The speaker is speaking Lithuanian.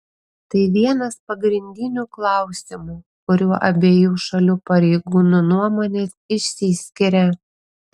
tai vienas pagrindinių klausimų kuriuo abiejų šalių pareigūnų nuomonės išsiskiria